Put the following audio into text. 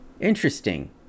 Interesting